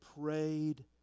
prayed